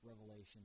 revelation